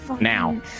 now